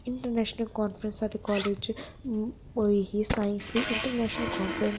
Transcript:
international conference साढ़े college च होई ही साईंस दी इंटरनेशनल कांफ्रेंस च में इक स्टाल लाए दा हा